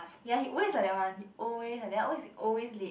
ya he always like that one he always like that he always he always late